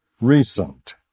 recent